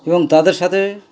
এবং তাদের সাথে